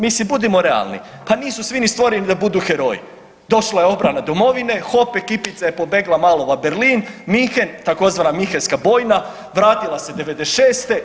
Mislim budimo realni pa nisu svi ni stvoreni da budu heroji, došla je obrana domovine, hop ekipica je poblegla malo Berlin, Munchen tzv. minhenska bojna, vratila se '96.